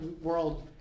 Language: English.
World